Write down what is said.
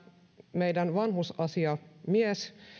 meidän vanhusasiamies